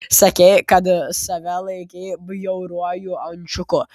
sakei kad save laikei bjauriuoju ančiuku